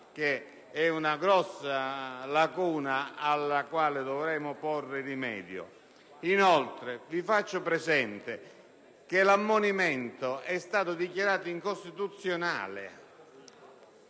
sia una grossa lacuna alla quale dovremo porre rimedio. Inoltre, vi faccio presente che l'ammonimento è stato dichiarato incostituzionale